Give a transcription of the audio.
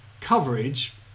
coverage